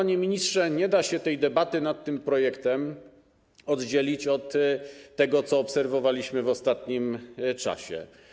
Panie ministrze, nie da się debaty nad tym projektem oddzielić do tego, co obserwowaliśmy w ostatnim czasie.